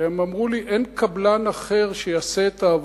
והם אמרו לי: אין קבלן אחר שיעשה את העבודה.